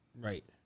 Right